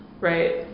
right